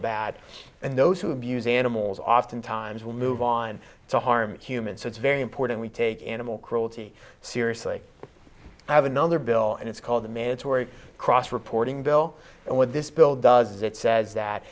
bad and those who abuse animals oftentimes will move on to harm humans so it's very important we take animal cruelty seriously have another bill and it's called the mandatory cross reporting bill and what this bill does is it says that